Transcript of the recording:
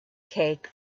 cake